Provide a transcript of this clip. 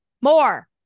more